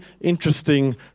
interesting